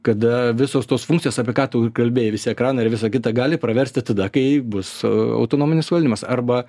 kada visos tos funkcijos apie ką tu kalbėjai visi ekranai ir visa kita gali praversti tada kai bus autonominis valdymas arba